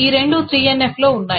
ఈ రెండూ 3NF లో ఉన్నాయి